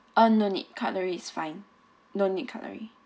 uh no need cutlery is fine no need cutlery